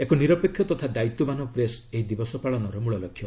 ଏକ ନିରପେକ୍ଷ ତଥା ଦାୟିତ୍ୱବାନ୍ ପ୍ରେସ୍ ଏହି ଦିବସ ପାଳନର ମୂଳ ଲକ୍ଷ୍ୟ